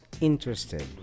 interested